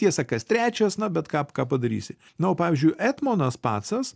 tiesa kas trečias na bet ką ką padarysi na o pavyzdžiui etmonas pacas